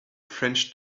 french